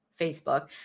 Facebook